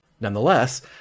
Nonetheless